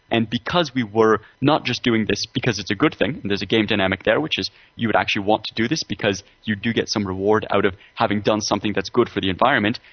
and because we were not just doing this because it's a good thing, and there's a game dynamic there which is you would actually want to do this because you do get some reward out of having done something that's good for the environment,